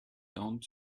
quarante